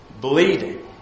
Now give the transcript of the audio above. bleeding